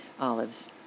olives